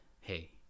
Hey